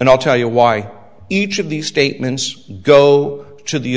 and i'll tell you why each of these statements go to the